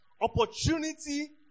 opportunity